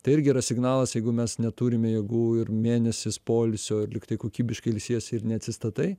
tai irgi yra signalas jeigu mes neturime jėgų ir mėnesis poilsio lygtai kokybiškai ilsiesi ir neatsistatai